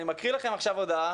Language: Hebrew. אני מקריא לכם עכשיו הודעה